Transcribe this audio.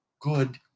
good